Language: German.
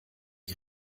die